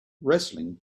wrestling